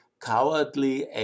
cowardly